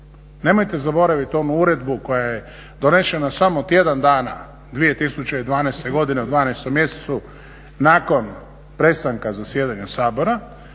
Nemojte zaboravit onu uredbu koja je donesena samo tjedan dana 2012. godine u 12. mjesecu nakon prestanka zasjedanja Sabora,